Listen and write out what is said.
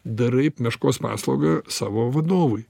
darai meškos paslaugą savo vadovui